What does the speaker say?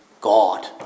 God